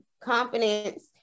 confidence